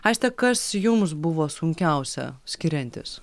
aiste kas jums buvo sunkiausia skiriantis